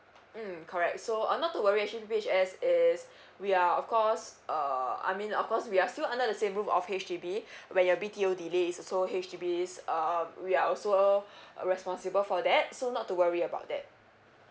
mm correct so uh not to worry actually P_P_H_S is we are of course uh I mean of course we are still under the same roof of H_D_B where your B_T_O delays so H_D_B uh we are also responsible for that so not to worry about that